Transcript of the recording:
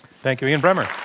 thank you, ian bremmer.